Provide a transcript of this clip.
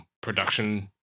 production